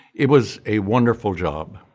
it was a wonderful job.